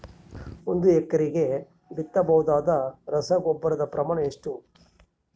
ಒಂದು ಎಕರೆಗೆ ಬಿತ್ತಬಹುದಾದ ರಸಗೊಬ್ಬರದ ಪ್ರಮಾಣ ಎಷ್ಟು?